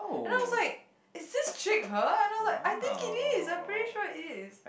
and then I was like is this trick her and then I was like I think it is I'm pretty sure it is